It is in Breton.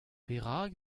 perak